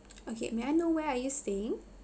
okay may I know where are you staying